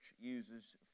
uses